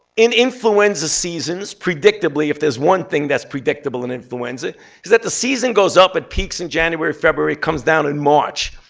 in influenza seasons, predictably if there's one thing that's predictable in influenza is that the season goes up at peaks in january, february, comes down in march.